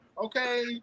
Okay